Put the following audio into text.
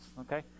okay